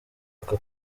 ako